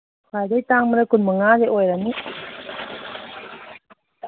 ꯈ꯭ꯋꯥꯏꯗꯒꯤ ꯇꯥꯡꯕꯗ ꯀꯨꯟꯃꯉꯥꯗꯤ ꯑꯣꯏꯔꯅꯤ